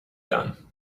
done